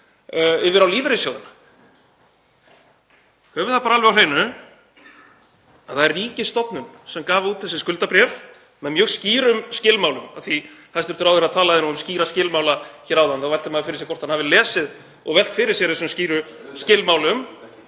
yfir á lífeyrissjóðina. Höfum það alveg á hreinu að það er ríkisstofnun sem gaf út þessi skuldabréf með mjög skýrum skilmálum. Af því að hæstv. ráðherra talaði um skýra skilmála hér áðan þá veltir maður fyrir sér hvort hann hafi lesið og velt fyrir sér þessum skýru skilmálum.